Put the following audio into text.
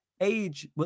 Age